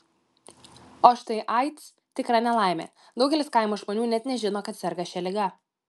o štai aids tikra nelaimė daugelis kaimo žmonių net nežino kad serga šia liga